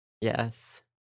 Yes